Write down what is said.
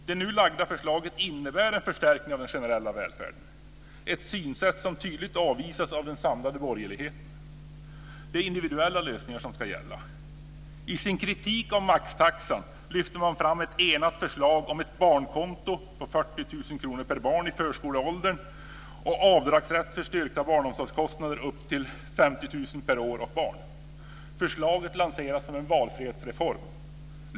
Det nu framlagda förslaget innebär en förstärkning av den generella välfärden - ett synsätt som tydligt avvisas av den samlade borgerligheten. Det är individuella lösningar som ska gälla. I sin kritik av maxtaxan lyfter man fram ett enat förslag om ett barnkonto - 40 000 kr per barn i förskoleåldern - och avdragsrätt för styrkta barnomsorgskostnader upp till 50 000 kr per år och barn. Förslaget lanseras som en valfrihetsreform.